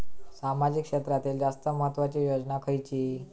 सामाजिक क्षेत्रांतील जास्त महत्त्वाची योजना खयची?